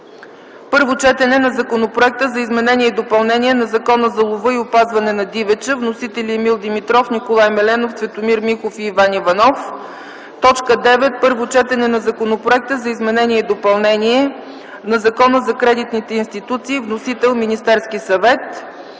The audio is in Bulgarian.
Първо четене на Законопроекта за изменение и допълнение на Закона за лова и опазване на дивеча. Вносители: Емил Димитров, Николай Мелемов, Цветомир Михов и Иван Иванов; - Точка 9 - Първо четене на Законопроекта за изменение и допълнение на Закона за кредитните институции. Вносител: Министерският съвет;